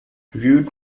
viewed